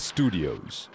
Studios